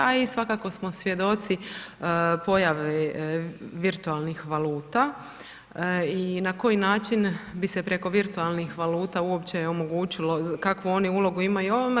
A i svakako smo svjedoci pojave virtualnih valuta i na koji način bi se preko virtualnih valuta uopće i omogućilo kakvu oni ulogu imaju u ovome.